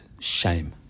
shame